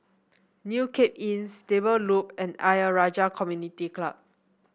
New Cape Inn Stable Loop and Ayer Rajah Community Club